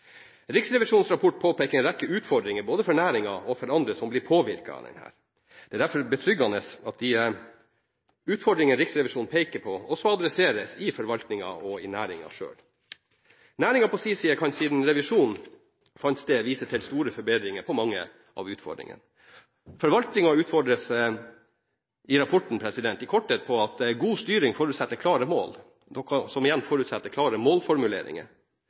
Riksrevisjonens rapport påpeker en rekke utfordringer både for næringen og for andre som blir påvirket av den. Det er derfor betryggende at de utfordringer Riksrevisjonen peker på, også adresseres i forvaltningen og i næringen selv. Næringen på sin side kan siden revisjonen fant sted, vise til store forbedringer for mange av utfordringene. Forvaltningen utfordres i rapporten i korthet på at god styring forutsetter klare mål, noe som igjen forutsetter klare målformuleringer.